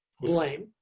blame